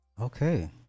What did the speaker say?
Okay